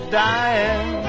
dying